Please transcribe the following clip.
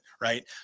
right